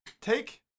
take